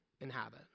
inhabit